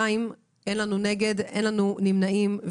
אין נגד ואין נמנעים.